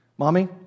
Mommy